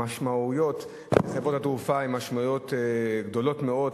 המשמעויות לחברות התעופה הן משמעויות גדולות מאוד,